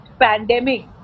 pandemic